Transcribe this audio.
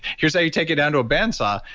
here's how you take it down to a band saw.